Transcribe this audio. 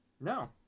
No